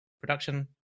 production